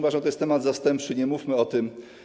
Uważam, że to jest temat zastępczy, nie mówmy o tym.